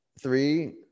three